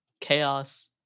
chaos